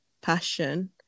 passion